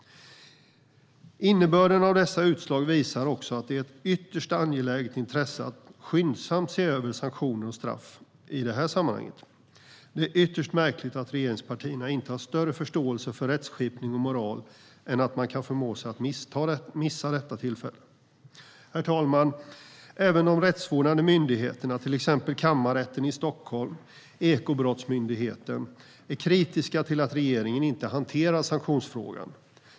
Innebörden av dessa utslag visar också att det är ett ytterst angeläget intresse att skyndsamt se över sanktioner och straff i det här sammanhanget. Det är ytterst märkligt att regeringspartierna inte har större förståelse för rättskipning och moral än att de kan förmå sig till att missa detta tillfälle. Herr talman! Även de rättsvårdande myndigheterna, till exempel Kammarrätten i Stockholm och Ekobrottsmyndigheten, är kritiska till att regeringen inte hanterar sanktionsfrågan.